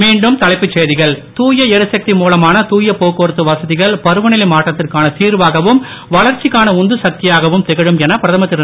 மீண்டும் தலைப்புச் செய்திகள் தூய எரிசக்தி மூலமான தூய போக்குவரத்து வசதிகள் பருவநிலை மாற்றத்திற்கான திர்வாகவும் வளர்ச்சிக்கான உந்து சக்தியாகவும் திகழும் என பிரதமர் திரு